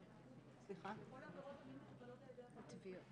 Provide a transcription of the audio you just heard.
כל עבירות המין מטופלות על ידי הפרקליטות?